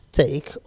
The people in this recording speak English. take